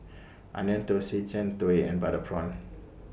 Onion Thosai Jian Dui and Butter Prawn